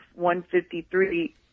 153